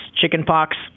chickenpox